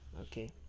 okay